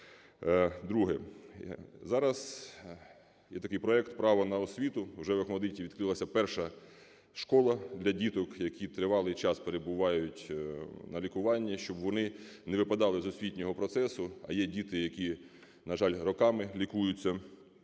Друге. Зараз є такий проект "Право на освіту". Уже в ОХМАТДИТі відкрилась перша школа для діток, які тривалий час перебувають на лікуванні, щоб вони не випадали з освітнього процесу. Є діти, які, на жаль, роками лікуються.